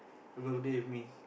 birthday with me